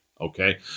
okay